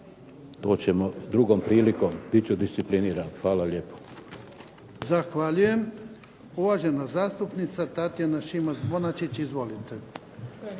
to ćemo drugom prilikom, bit ću discipliniran. Hvala lijepo.